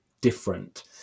different